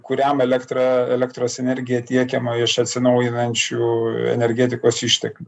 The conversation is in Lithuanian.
kuriam elektra elektros energija tiekiama iš atsinaujinančių energetikos išteklių